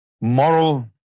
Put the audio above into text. moral